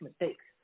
mistakes